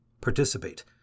participate